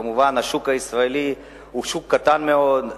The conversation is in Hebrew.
מובן שהשוק הישראלי הוא שוק קטן מאוד,